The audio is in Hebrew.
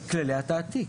כללי התעתיק.